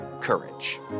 courage